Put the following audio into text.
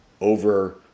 over